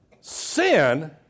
Sin